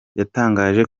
yatangaje